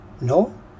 No